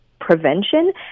prevention